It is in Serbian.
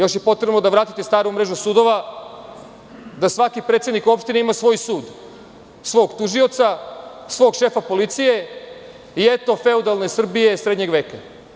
Još je potrebno da vratite staru mrežu sudova, da svaki predsednik opštine ima svoj sud, svog tužioca, svog šefa policije i eto feudalne Srbije, srednjeg veka.